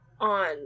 on